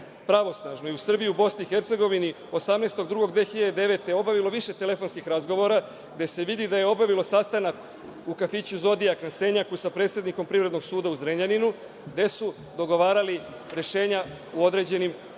pravosnažno i u Srbiji i u BiH, 18. 02. 2009. godine obavilo više telefonskih razgovora gde se vidi da je obavilo sastanak u kafiću „Zodijak“ na Senjaku sa predsednikom Privrednog suda u Zrenjaninu, gde su dogovarali rešenja u određenim postupcima.